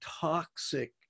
toxic